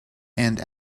and